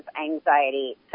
anxiety